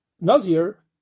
Nazir